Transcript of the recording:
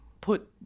put